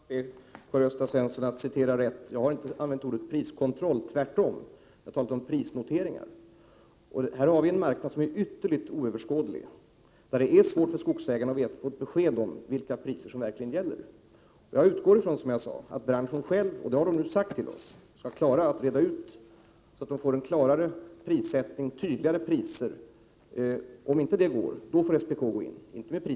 Herr talman! Jag vill än en gång be Karl-Gösta Svenson att citera rätt. Jag har inte använt ordet priskontroll, utan jag har talat om prisnoteringar. Denna marknad är mycket oöverskådlig, och det är mycket svårt för skogsägarna att få ett besked om vilka priser som verkligen gäller. Som jag sade utgår jag från att branschen själv, vilket den har sagt till oss, skall klara 70 av att reda ut detta, så att det blir klarare prissättning och tydligare priser. Om inte detta är möjligt får SPK gå in, inte med priskontroll, det vore helt — Prot.